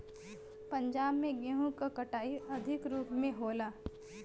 पंजाब में गेंहू क कटाई अधिक रूप में होला